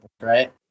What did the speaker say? right